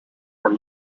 for